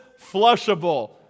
flushable